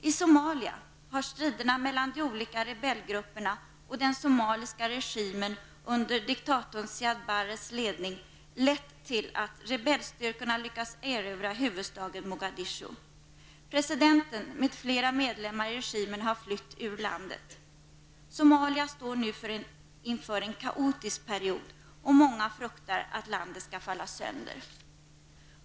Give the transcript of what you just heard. I Somalia har striderna mellan de olika rebellgrupperna och den somaliska regimen under diktatorn Siad Barres ledning lett till att rebellstyrkorna lyckats erövra huvudstaden Mogadishu. Presidenten med flera medlemmar i regimen har flytt ur landet. Somalia står nu inför en kaotisk period, och många fruktar att landet skall falla sönder.